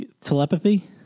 Telepathy